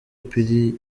pili